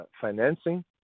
financing